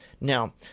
Now